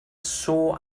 sore